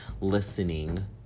listening